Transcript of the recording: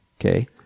Okay